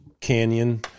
Canyon